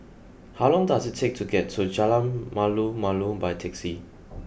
how long does it take to get to Jalan Malu Malu by taxi